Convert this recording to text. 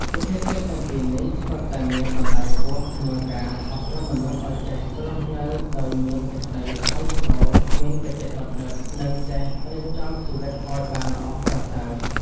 សុភាសិតទាំងពីរនេះ សុទ្ធតែមានតម្លៃខ្ពស់ក្នុងការអប់រំមនុស្សឲ្យចេះរស់នៅដោយមានសេចក្តីថ្លៃថ្នូរ មានគតិបណ្ឌិត និងចេះរៀបចំជីវិតឲ្យបានល្អប្រសើរ។